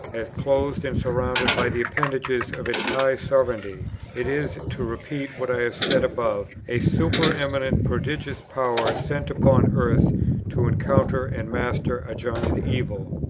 as clothed and surrounded by the appendages of its high sovereignty it is, to repeat what i said above, a supereminent prodigious power sent upon earth to encounter and master a giant evil.